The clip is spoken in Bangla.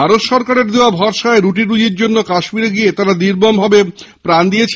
ভারত সরকারের দেওয়া ভরসায় রুটিরুজির জন্য কাশ্মীরে গিয়ে তারা নির্মমভাবে প্রাণ দিয়েছেন